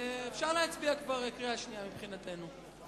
אפשר להצביע כבר בקריאה שנייה, מבחינתנו.